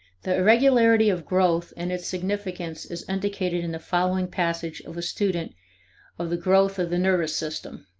the irregularity of growth and its significance is indicated in the following passage of a student of the growth of the nervous system.